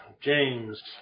James